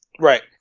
right